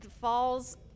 falls